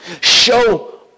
Show